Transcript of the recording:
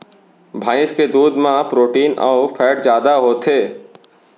भईंस के दूद म प्रोटीन अउ फैट जादा होथे